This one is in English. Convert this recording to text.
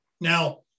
Now